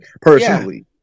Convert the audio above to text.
personally